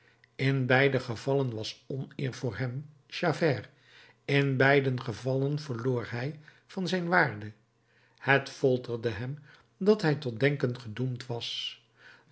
in beide gevallen was oneer voor hem javert in beide gevallen verloor hij van zijn waarde het folterde hem dat hij tot denken gedoemd was